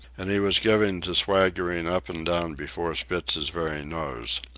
and he was given to swaggering up and down before spitz's very nose.